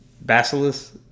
Basilisk